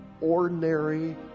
ordinary